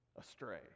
astray